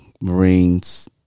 Marines